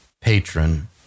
patron